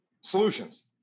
solutions